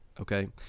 Okay